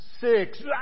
six